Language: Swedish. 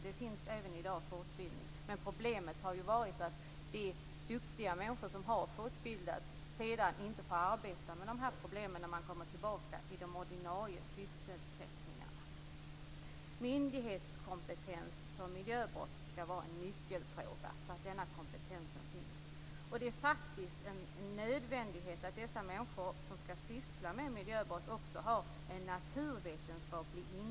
Det finns fortbildning även i dag, men problemet har varit att de duktiga människor som har fortbildats sedan inte får arbeta med problemen när de kommer tillbaka till de ordinarie sysselsättningarna. Myndighetskompetens för miljöbrott skall vara en nyckelfråga, så att den kompetensen finns. Det är faktiskt en nödvändighet att de människor som skall syssla med miljöbrott också har en naturvetenskaplig insikt.